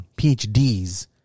PhDs